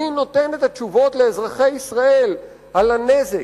מי נותן את התשובות לאזרחי ישראל על הנזק,